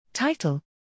Title